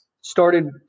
started